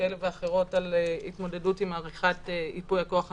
כאלה ואחרות על התמודדות עם עריכת ייפוי הכוח המתמשך.